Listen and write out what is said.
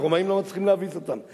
והרומאים לא מצליחים להביס אותם.